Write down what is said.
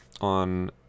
on